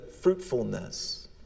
fruitfulness